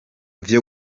vyo